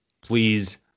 Please